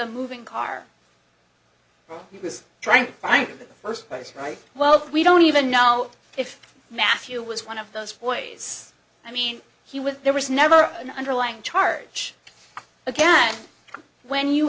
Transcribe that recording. a moving car while he was trying to think of the first place right well we don't even know if matthew was one of those boys i mean he was there was never an underlying charge again when you